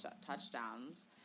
touchdowns